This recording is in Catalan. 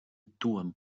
actuen